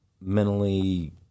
mentally